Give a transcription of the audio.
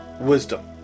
wisdom